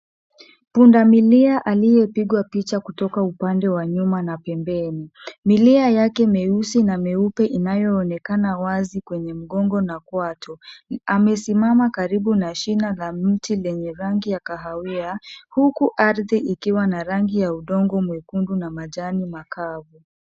Pundamilia aliyepigwa picha kutoka upande wa nyuma na pembeni. Milia yake meusi na meupe inayoonekana wazi kwenye mgongo na kwato. Amesimama karibu na shina la mti lenye rangi ya kahawia huku ardhi ikiwa na rangi ya udongo mwekundu na majani makavu.